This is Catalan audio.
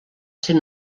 ser